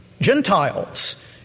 Gentiles